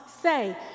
Say